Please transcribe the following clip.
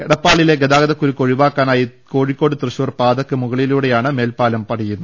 എടപ്പാളിലെ ഗതാഗതക്കുരുക്കഴിക്കാനായി കോഴിക്കോട് തൃശ്ശൂർ പാതയ്ക്കു മുകളിലൂടെയാണ് മേൽപാലം പണിയുന്നത്